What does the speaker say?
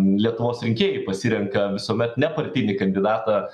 lietuvos rinkėjai pasirenka visuomet nepartinį kandidatą